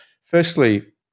Firstly